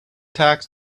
tax